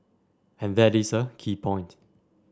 and that is a key point